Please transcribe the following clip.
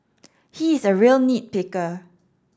he is a real nit picker